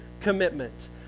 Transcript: commitment